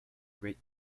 great